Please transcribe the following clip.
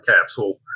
capsule